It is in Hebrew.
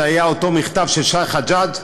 היה אותו מכתב של שי חג'ג',